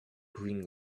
green